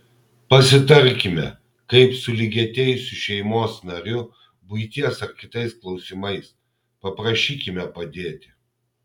pasitarkime kaip su lygiateisiu šeimos nariu buities ar kitais klausimais paprašykime padėti